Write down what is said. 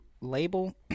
label